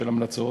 של המלצות,